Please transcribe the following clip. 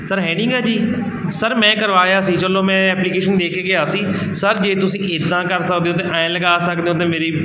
sir ਹੈ ਨਹੀਂ ਗਾ ਜੀ ਸਰ ਮੈਂ ਕਰਵਾਇਆ ਸੀ ਚਲੋ ਮੈਂ ਐਪਲੀਕੇਸ਼ਨ ਦੇ ਕੇ ਗਿਆ ਸੀ ਸਰ ਜੇ ਤੁਸੀਂ ਇੱਦਾਂ ਕਰ ਸਕਦੇ ਹੋ ਅਤੇ ਐਂ ਲਗਾ ਸਕਦੇ ਹੋ ਅਤੇ ਮੇਰੀ